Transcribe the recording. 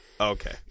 Okay